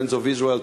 friends of Israel,